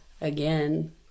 again